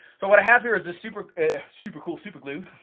so what i have here is this super super cool super glue